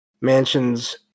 mansion's